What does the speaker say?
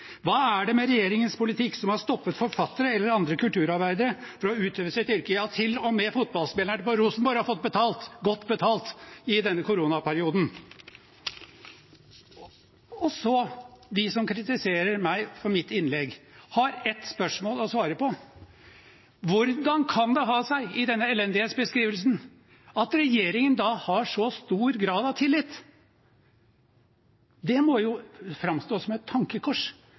Hva er det med regjeringens politikk som har stoppet forfattere eller andre kulturarbeidere fra å utøve sitt yrke? Ja, til og med fotballspillerne på Rosenborg har fått betalt, godt betalt, i denne koronaperioden. Og så: De som kritiserer meg for mitt innlegg, har ett spørsmål å svare på: Hvordan kan det ha seg, i denne elendighetsbeskrivelsen, at regjeringen da har så stor grad av tillit? Det må jo framstå som et tankekors.